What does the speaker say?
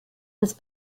was